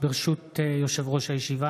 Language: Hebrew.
ברשות יושב-ראש הישיבה,